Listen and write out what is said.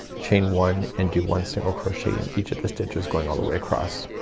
chain one and do one single crochet in each of the stitches going all the way across.